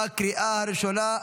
בקריאה הראשונה.